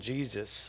Jesus